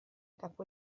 capo